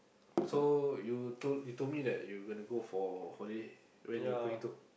so you told you told me that you gonna go for holiday when you going to